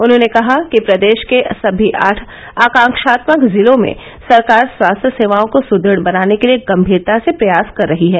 उन्होंने कहा कि प्रदेश के सभी आठ आकांक्रात्मक जिलों में सरकार स्वास्थ्य सेवाओं को सुदृढ़ बनाने के लिए गम्भीरता से प्रयास कर रही है